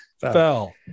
fell